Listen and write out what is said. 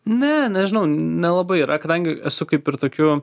ne nežinau nelabai yra kadangi esu kaip ir tokiu